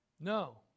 No